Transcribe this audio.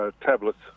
tablets